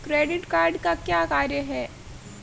Credit card का क्या कार्य है?